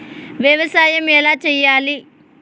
వ్యవసాయం ఎలా చేయాలి?